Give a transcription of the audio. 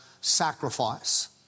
Sacrifice